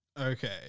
Okay